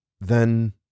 Then